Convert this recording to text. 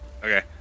Okay